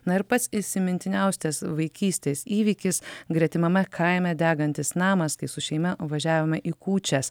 na ir pats įsimintiniausias vaikystės įvykis gretimame kaime degantis namas kai su šeima važiavome į kūčias